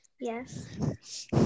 Yes